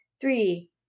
three